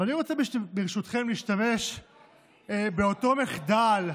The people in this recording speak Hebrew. אבל אני רוצה ברשותכם להשתמש באותו מחדל,